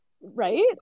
Right